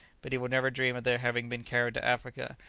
but he would never dream of their having been carried to africa,